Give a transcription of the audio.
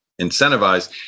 incentivized